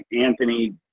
Anthony